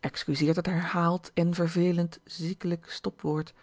excuseert het herhaald èn vervelend zieklijk stopwoord